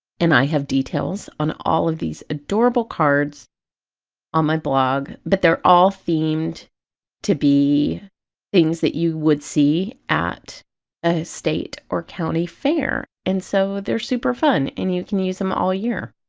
and i have details on all of these adorable cards on my blog, but they're all themed to be things that you would see at a state or county fair and so they're super fun and you can use them all year.